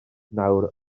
nawr